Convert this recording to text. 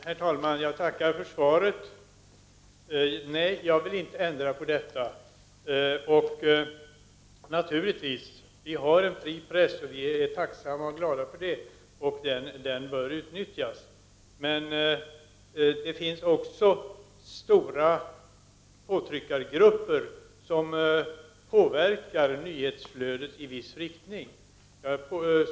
Herr talman! Jag tackar för svaret. Nej. jag vill inte ändra på detta. Vi har en fri press, som vi naturligtvis är tacksamma och glada för, och den bör utnyttjas. Men det finns också starka påtryckargrupper som påverkar nyhetsflödet i viss riktning.